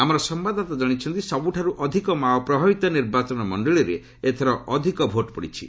ଆମର ସମ୍ଭାଦଦାତା ଜଣାଇଛନ୍ତି ସବୁଠାରୁ ଅଧିକ ମାଓ ପ୍ରଭାବିତ ନିର୍ବାଚନ ମଣ୍ଡଳୀରେ ଏଥର ଅଧିକ ଭୋଟ୍ ପଡିଛି